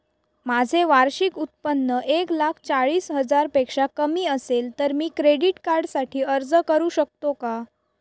माझे वार्षिक उत्त्पन्न एक लाख चाळीस हजार पेक्षा कमी असेल तर मी क्रेडिट कार्डसाठी अर्ज करु शकतो का?